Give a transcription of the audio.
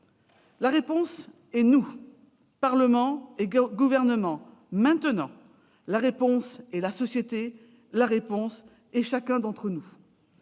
La réponse est : nous, Parlement et Gouvernement, maintenant ! La réponse est : la société. La réponse est : chacun d'entre nous.